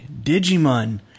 Digimon